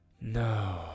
No